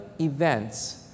events